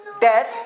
death